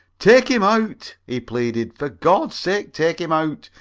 take him out, he pleaded for gord sake, take him out.